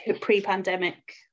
pre-pandemic